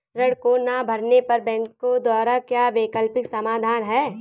ऋण को ना भरने पर बैंकों द्वारा क्या वैकल्पिक समाधान हैं?